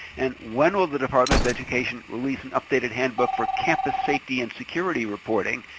and when will the department of education release an updated handbook for campus safety and security reporting?